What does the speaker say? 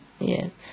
Yes